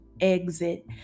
exit